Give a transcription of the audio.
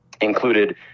included